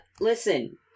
Listen